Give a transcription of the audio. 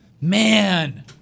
man